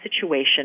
situation